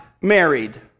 married